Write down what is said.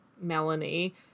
Melanie